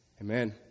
Amen